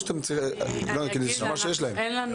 אין לנו